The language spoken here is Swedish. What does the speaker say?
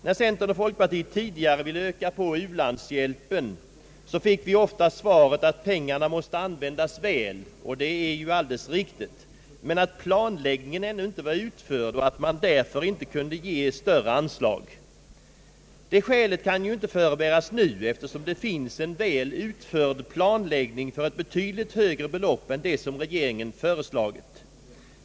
När centern och folkpartiet tidigare ville öka på u-landshjälpen fick vi ofta svaret att pengarna måste användas väl -— och detta är ju alldeles riktigt — men att planläggningen ännu inte vara utförd och att man därför inte kunde ge större anslag. Det skälet kan ju inte förebäras nu, eftersom det finns en del planläggning utförd för ett betydligt högre belopp, än det som regeringen föreslagit.